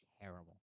terrible